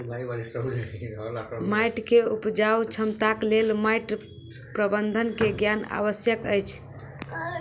माइट के उपजाऊ क्षमताक लेल माइट प्रबंधन के ज्ञान आवश्यक अछि